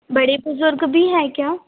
बड़े बुजुर्ग भी हैं क्या